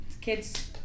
kids